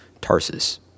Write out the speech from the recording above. Tarsus